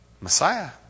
Messiah